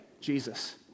Jesus